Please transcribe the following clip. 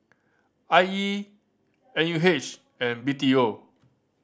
I E N U H and B T O